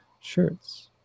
shirts